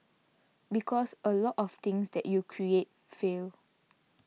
because a lot of things that you create fail